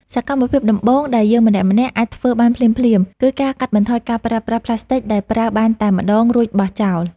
សកម្មភាពដំបូងដែលយើងម្នាក់ៗអាចធ្វើបានភ្លាមៗ គឺការកាត់បន្ថយការប្រើប្រាស់ផ្លាស្ទិកដែលប្រើបានតែម្តងរួចបោះចោល។